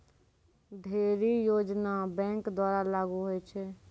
ढ़ेरी योजना बैंक द्वारा लागू होय छै